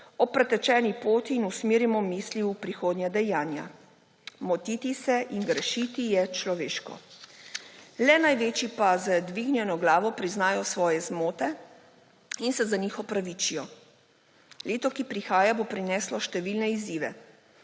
o pretečeni poti in usmerimo misli v prihodnja dejanja. Motiti se in grešiti je človeško. Le največji pa z dvignjeno glavo priznajo svoje zmote in se za njih opravičijo. Leto, ki prihaja, bo prineslo številne izzive